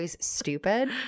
stupid